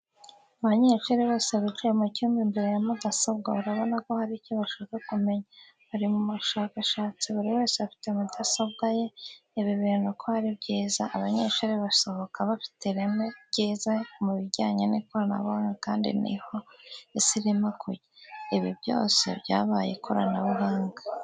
Abanyeshuri bose bicaye mu cyumba imbere ya mudasobwa urabona ko hari cyo bashaka kumenya, bari mu bushakashatsi buri wese afite mudasobwa ye. Ibi bintu ko ari byiza, abanyeshuri basohoka bafite ireme ryiza mubijyanye n'ikoranabuhanga kandi niho Isi irimo kujya, ibintu byose byabaye ikoranabuhanga.